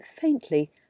faintly